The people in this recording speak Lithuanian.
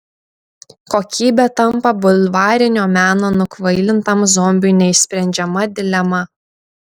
kokybė tampa bulvarinio meno nukvailintam zombiui neišsprendžiama dilema